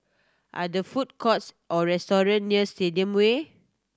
are there food courts or restaurant near Stadium Way